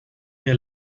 mir